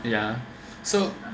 ya so